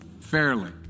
fairly